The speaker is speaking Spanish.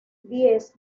diez